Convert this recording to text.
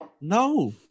No